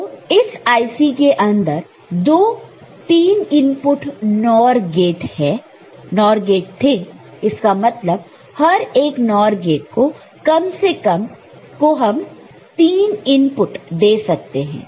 तो इस IC के अंदर दो 3 इनपुट NOR गेट थे इसका मतलब हर एक NOR गेट को हम 3 इनपुट दे सकते थे